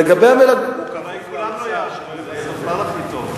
אולי לכולם לא יאשרו, זה יהיה בכלל טוב.